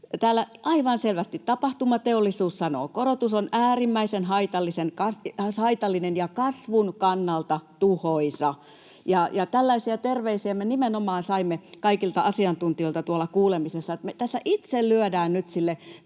täällä aivan selvästi Tapahtumateollisuus sanoo: ”Korotus on äärimmäisen haitallinen ja kasvun kannalta tuhoisa.” Tällaisia terveisiä me nimenomaan saimme kaikilta asiantuntijoilta tuolla kuulemisessa. Me tässä itse lyödään nyt sille